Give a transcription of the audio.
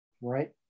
right